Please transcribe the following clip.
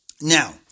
now